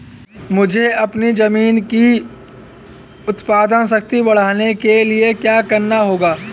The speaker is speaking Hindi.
मुझे अपनी ज़मीन की उत्पादन शक्ति बढ़ाने के लिए क्या करना होगा?